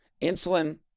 Insulin